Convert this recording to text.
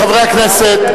חברי הכנסת,